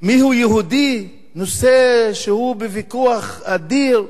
"מיהו יהודי", נושא שהוא בוויכוח אדיר.